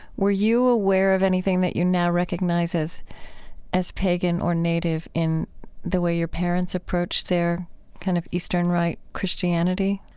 were you aware of anything that you now recognize as as pagan or native, in the way your parents approached their kind of eastern rite christianity?